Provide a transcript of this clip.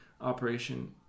operation